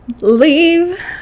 leave